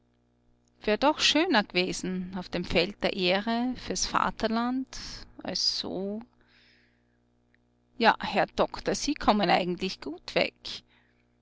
wär doch schöner gewesen auf dem feld der ehre fürs vaterland als so ja herr doktor sie kommen eigentlich gut weg